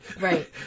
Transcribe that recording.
right